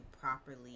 properly